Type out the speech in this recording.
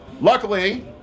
Luckily